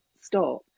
stop